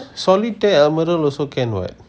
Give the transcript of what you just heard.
solitaire emerald also can what